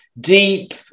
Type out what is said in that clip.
Deep